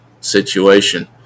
situation